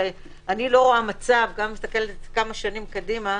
שאני לא רואה מצב, גם כמה שנים קדימה,